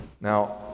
Now